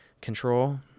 Control